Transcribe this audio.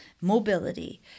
mobility